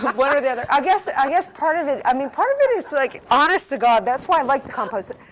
one or the other. i guess, i guess part of it, i mean, part of it is like, honest to god, that's why i like compost.